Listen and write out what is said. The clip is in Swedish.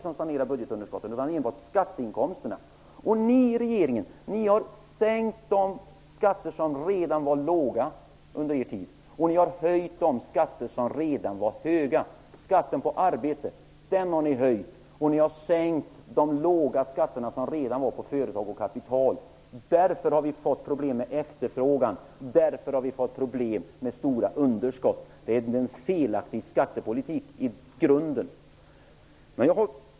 Ni i regeringen har under er tid sänkt de skatter som redan var låga och höjt de skatter som redan var höga. Skatten på arbete har höjts, medan de redan låga skatterna på företag och kapital har sänkts. Därför har vi fått problem med efterfrågan och med stora underskott. Det är en felaktig skattepolitik i grunden.